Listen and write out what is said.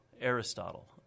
Aristotle